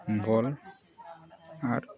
ᱵᱚᱞ ᱟᱨ